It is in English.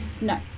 No